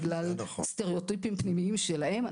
בגלל סטריאוטיפים פנימיים שלהם.